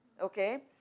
Okay